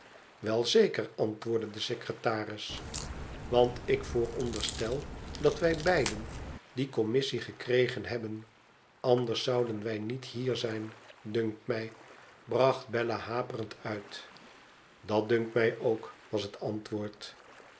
wel zeker antwoordde de secretaris want ik vooronderstel dat wij beiden die commissie gekregen hebbeii anders zouden wij niet hier zijn dunkt mij bracht bella haperend uit dat dunkt mij ook was het antwoord